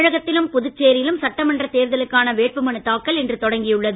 தமிழகத்திலும் புதுச்சேரியிலும் சட்டமன்ற தேர்தலுக்கான வேட்புமனு தாக்கல் இன்று தொடங்கியுள்ளது